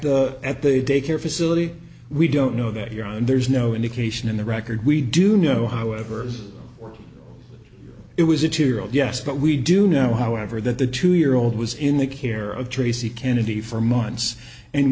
at the daycare facility we don't know that you're on there's no indication in the record we do know however that it was a two year old yes but we do know however that the two year old was in the care of tracy kennedy for months and